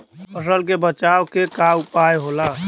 फसल के बचाव के उपाय का होला?